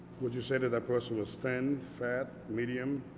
would you say that that person was thin, fat, medium?